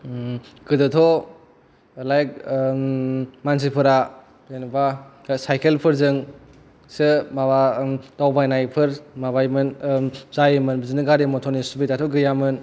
गोदोथ' लाइक मानसिफोरा जेनोबा साइकेलफोरजों सो माबा दावबायनायफोर माबायोमोन जायोमोन बिदिनो गारि मटरनि सुबिदाथ' गैयामोन